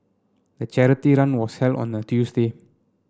the charity run was held on a Tuesday